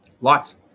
Lots